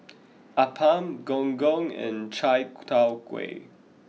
Appam Gong Gong and Chai Tow Kuay